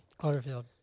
Cloverfield